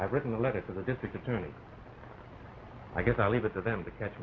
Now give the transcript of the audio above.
i've written a letter to the district attorney i guess i'll leave it to them to catch